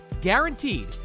guaranteed